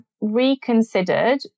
reconsidered